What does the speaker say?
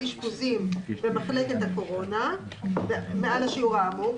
אשפוזים במחלקת הקורונה מעל השיעור האמור,